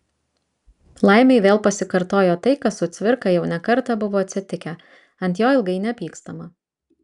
laimei vėl pasikartojo tai kas su cvirka jau ne kartą buvo atsitikę ant jo ilgai nepykstama